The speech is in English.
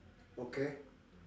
okay